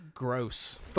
Gross